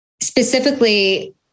specifically